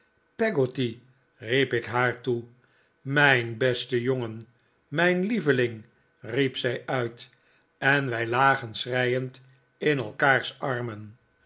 peggotty riep ik haar toe mijn beste jongen mijn lieveling riep zij uit en wij lagen schreiend in elkaars armen